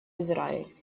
израиль